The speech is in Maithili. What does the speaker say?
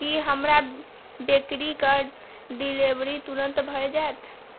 की हमरा बेकरी कऽ डिलीवरी तुरन्त भए जाएत